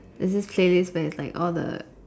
there's this playlist where it's like all the